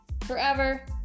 Forever